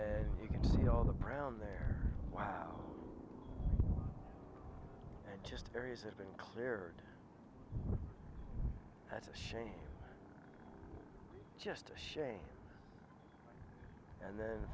and you can see all the brown there wow just areas that's been cleared that's a shame just a shame and then